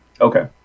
Okay